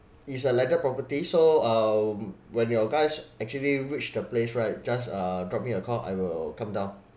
it's a landed property so um when you guys actually reach the place right just uh drop me a call I will come down